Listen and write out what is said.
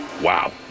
wow